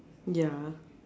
ya